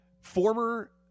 Former